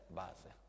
base